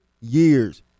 years